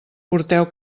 porteu